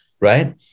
right